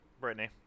Brittany